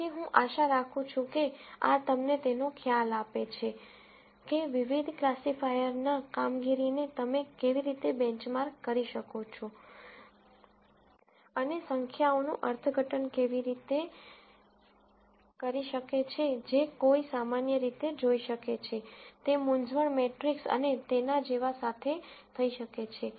તેથી હું આશા રાખું છું કે આ તમને તેનો ખ્યાલ આપે છે કે વિવિધ ક્લાસિફાયર્સના કામગીરીને તમે કેવી રીતે બેંચમાર્ક કરી છો અને સંખ્યાઓનું અર્થઘટન કેવી રીતે કરી શકે છે જે કોઈ સામાન્ય રીતે જોઇ શકે છે તે મૂંઝવણ મેટ્રિક્સ અને તેના જેવા સાથે થઇ શકે છે